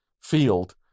field